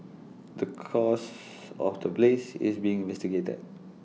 the cause of the blaze is being investigated